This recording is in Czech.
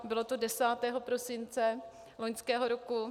Bylo to 10. prosince loňského roku.